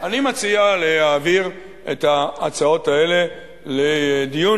אני מציע להעביר את ההצעות האלה לדיון